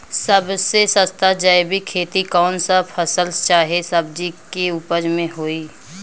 सबसे सस्ता जैविक खेती कौन सा फसल चाहे सब्जी के उपज मे होई?